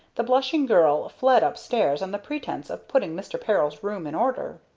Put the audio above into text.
the blushing girl fled up-stairs on the pretence of putting mr. peril's room in order.